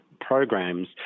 programs